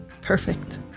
Perfect